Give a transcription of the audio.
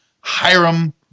Hiram